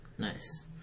Nice